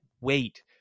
wait